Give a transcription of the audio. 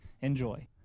Enjoy